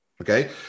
Okay